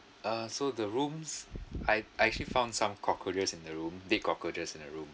uh so the rooms I I actually found some cockroaches in the room dead cockroaches in the room